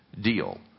deal